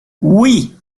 oui